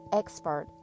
expert